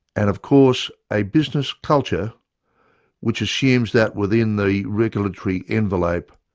and of course, a business culture which assumes that within the regulatory envelope,